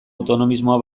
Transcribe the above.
autonomismoa